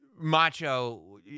macho